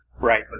right